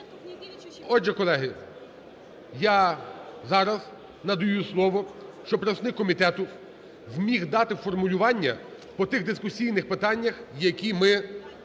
Отже, колеги, я зараз надаю слово, щоб представник комітету зміг дати формулювання по тих дискусійних питаннях, які ми проходили